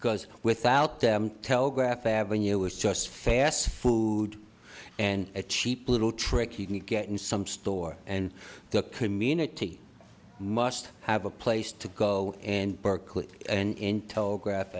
because without them telegraph avenue is just fast food and a cheap little tricky to get in some store and the community must have a place to go and berkeley and telegraph